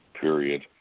period